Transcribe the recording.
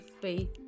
faith